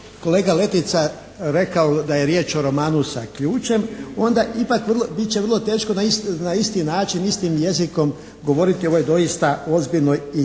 kolega Letica rekao da je riječ o romanu sa ključem onda ipak bit će vrlo teško na isti način istim jezikom govoriti o ovoj doista ozbiljnoj i